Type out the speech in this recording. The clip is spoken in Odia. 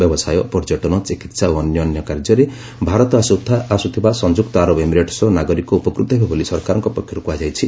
ବ୍ୟବସାୟ ପର୍ଯ୍ୟଟନ ଚିକିତ୍ସା ଓ ଅନ୍ୟାନ୍ୟ କାର୍ଯ୍ୟରେ ଭାରତ ଆସୁଥିବା ସଂଯୁକ୍ତ ଆରବ ଏମିରେଟ୍ସର ନାଗରିକ ଉପକୃତ ହେବେ ବୋଲି ସରକାରଙ୍କ କକ୍ଷରୁ କୁହାଯାଇଛି